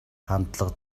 хандлага